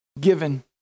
given